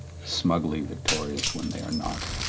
smugly victorious when they are not,